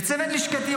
לצוות לשכתי,